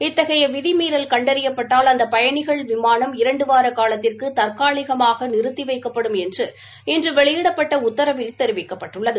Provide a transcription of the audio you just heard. இத்தகைய விதிமீறல் கண்டறியப்பட்டால் அந்த பயணிகள் விமாளம் இரண்டுவார காலத்திற்கு தற்காலிகமாக நிறுத்தி வைக்கப்படும் என்று இன்று வெளியிடப்பட்ட உத்தரவில் தெரிவிக்கப்பட்டுள்ளது